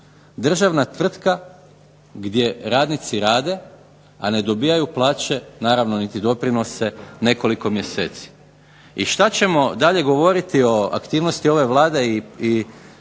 Državna tvrtka gdje radnici rade, a ne dobijaju plaće, naravno niti doprinose nekoliko mjeseci. I šta ćemo dalje govoriti o aktivnosti ove Vlade i načinu